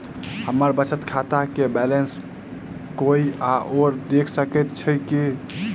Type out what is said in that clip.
हम्मर बचत खाता केँ बैलेंस कोय आओर देख सकैत अछि की